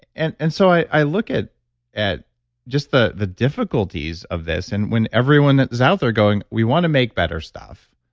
and and so, i look at at just the the difficulties of this and when everyone that's out there going, we want to make better stuff,